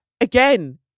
Again